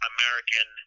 American